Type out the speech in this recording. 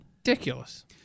Ridiculous